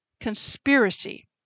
conspiracy